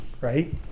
right